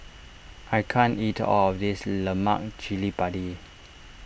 I can't eat all of this Lemak Cili Padi